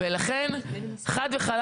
ולכן חד וחלק